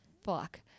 fuck